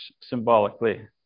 symbolically